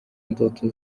ndoto